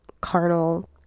carnal